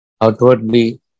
Outwardly